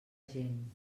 gent